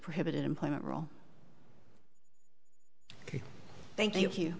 prohibited employment rule thank you